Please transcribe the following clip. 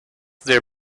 their